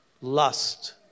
lust